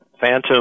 phantom